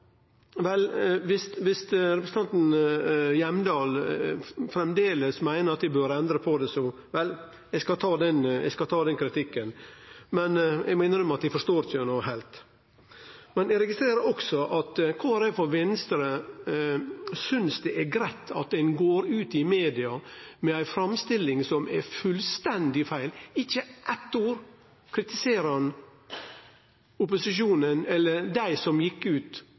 representanten Hjemdal framleis meiner at vi bør endre på det, skal eg ta den kritikken, men eg må innrømme at eg forstår henne ikkje heilt. Eg registrerer også at Kristeleg Folkeparti og Venstre synest det er greitt at ein går ut i media med ei framstilling som er fullstendig feil. Ikkje med eitt ord kritiserer han opposisjonen eller dei som gjekk ut